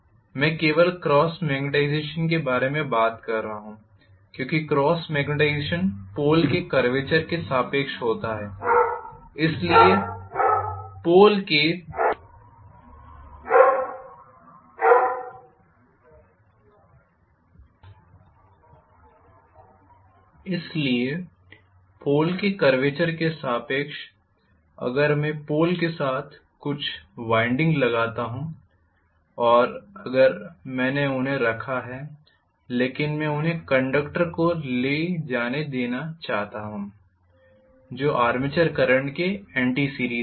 मैं केवल cross magnetization के बारे में बात कर रहा हूं क्योंकि क्रॉस मैग्नेटाइजेशन पोल के कर्वेचर के सापेक्ष होता है इसलिए पोल के कर्वेचर के सापेक्ष अगर मैं पोल के साथ कुछ वाइंडिंग लगाता हूं और अगर मैंने उन्हें रखा है लेकिन मैं उन्हें एक करंट ले जाने देना चाहता हूं जो आर्मेचर करंट के साथ एंटी सीरीज में है